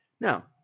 Now